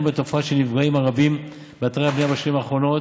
בתופעה של נפגעים הרבים באתרי הבנייה בשנים האחרונות.